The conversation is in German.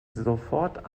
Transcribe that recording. sofort